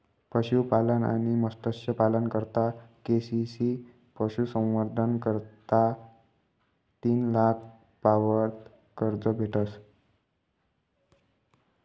पशुपालन आणि मत्स्यपालना करता के.सी.सी पशुसंवर्धन करता तीन लाख पावत कर्ज भेटस